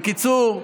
בקיצור,